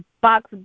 box